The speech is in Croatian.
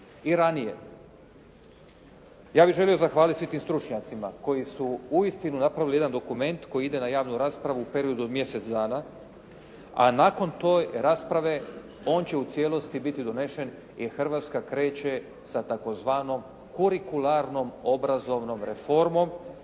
i ranije. Ja bih želio zahvaliti svim tim stručnjacima koji su uistinu napravili jedan dokument koji ide na javnu raspravu u periodu od mjesec dana a nakon te rasprave on će u cijelosti biti donesen jer Hrvatska kreće sa tzv. kurikularnom obrazovnom reformom